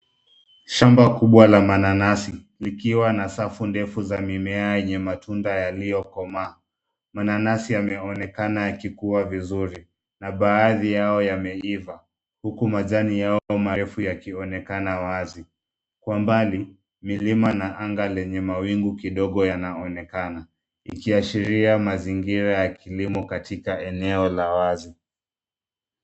Shamba kubwa la mananasi, likiwa na safu ndefu za mimea yenye matunda yaliyokomaa. Mananasi yameonekana yakikua vizuri, na baadhi yao yameiva, huku majani yao marefu yakionekana wazi. Kwa mbali, milima na anga lenye mawingu kidogo yanaonekana, ikiashiria mazingira ya kilimo katika eneo la wazi.